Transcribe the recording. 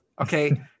Okay